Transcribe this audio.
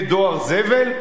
לפעמים זה מפני דואר זבל.